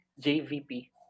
JVP